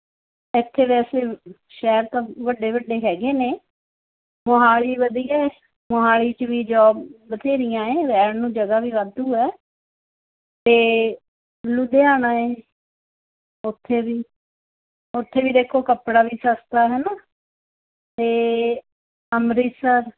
ਇੱਥੇ ਵੈਸੇ ਸ਼ਹਿਰ ਤਾਂ ਵੱਡੇ ਵੱਡੇ ਹੈਗੇ ਨੇ ਮੋਹਾਲੀ ਵਧੀਆ ਮੋਹਾਲੀ 'ਚ ਵੀ ਜੋਬ ਬਥੇਰੀਆਂ ਹੈ ਰਹਿਣ ਨੂੰ ਜਗ੍ਹਾ ਵੀ ਵਾਧੂ ਹੈ ਅਤੇ ਲੁਧਿਆਣਾ ਹੈ ਉੱਥੇ ਵੀ ਉੱਥੇ ਵੀ ਦੇਖੋ ਕੱਪੜਾ ਵੀ ਸਸਤਾ ਹੈ ਨਾ ਅਤੇ ਅੰਮ੍ਰਿਤਸਰ